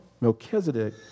Melchizedek